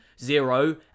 zero